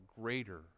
greater